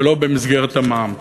ולא במסגרת המע"מ.